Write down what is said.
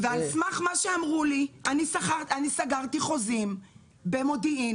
על סמך מה שאמרו לי סגרתי חוזים במודיעין